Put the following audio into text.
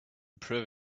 prove